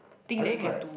I think like